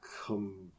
come